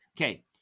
okay